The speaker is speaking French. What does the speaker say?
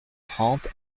trente